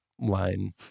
line